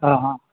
હા હા